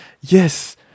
yes